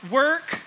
work